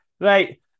Right